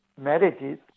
marriages